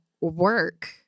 work